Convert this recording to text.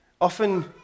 Often